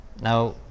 Now